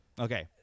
Okay